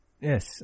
Yes